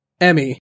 Emmy